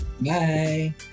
Bye